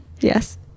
Yes